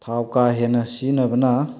ꯊꯥꯎ ꯀꯥ ꯍꯦꯟꯅ ꯁꯤꯖꯤꯟꯅꯕꯅ